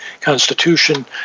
Constitution*